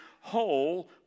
whole